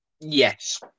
Yes